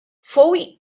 fou